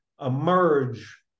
emerge